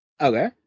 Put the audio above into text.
Okay